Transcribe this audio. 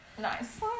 Nice